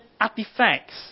artifacts